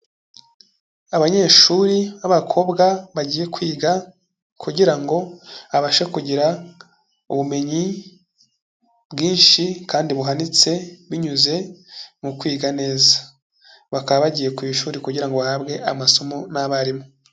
Abanyeshuri b'abakobwa bagiye kwiga kugira ngo babashe kugira ubumenyi bwinshi kandi buhanitse binyuze mu kwiga neza, bakaba bagiye ku ishuri kugira ngo bahabwe amasomo n'abarimu.